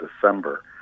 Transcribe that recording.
December